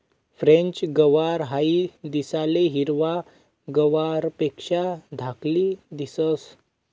French गवार हाई दिसाले हिरवा गवारपेक्षा धाकली दिसंस